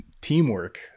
teamwork